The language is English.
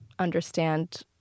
understand